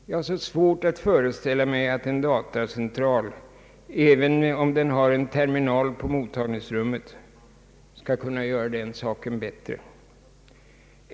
Jag har svårt att föreställa mig att en datacentral, även om den har en terminal på mottagningsrummet, skall kunna sköta den saken bättre.